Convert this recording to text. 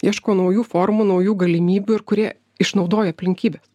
ieško naujų formų naujų galimybių ir kurie išnaudoja aplinkybes